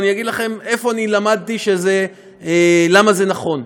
אני אגיד לכם איפה אני למדתי למה זה נכון.